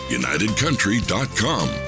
unitedcountry.com